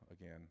again